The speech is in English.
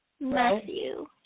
Matthew